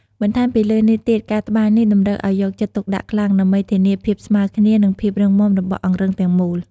បន្ថែមពីលើនេះទៀត ការត្បាញនេះតម្រូវឲ្យយកចិត្តទុកដាក់ខ្លាំង ដើម្បីធានាភាពស្មើគ្នា និងភាពរឹងមាំរបស់អង្រឹងទាំងមូល។